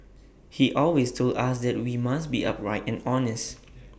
he always told us that we must be upright and honest